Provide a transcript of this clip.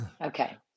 Okay